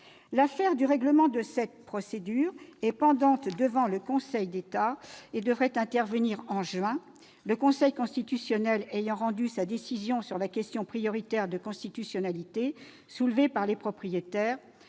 L'affaire du règlement de cette procédure est pendante devant le Conseil d'État et devrait intervenir au mois de juin prochain, le Conseil constitutionnel ayant rendu sa décision sur la question prioritaire de constitutionnalité, soulevée par les propriétaires,